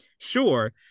Sure